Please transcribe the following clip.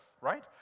right